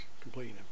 completing